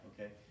Okay